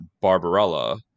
barbarella